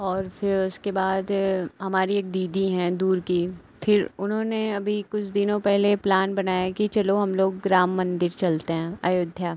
और फिर उसके बाद हमारी एक दीदी हैं दूर की फिर उन्होंने अभी कुछ दिनों पहले प्लान बनाया कि चलो हम ग्राम मंदिर चलते हैं अयोध्या